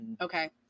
okay